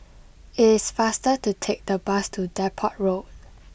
it is faster to take the bus to Depot Road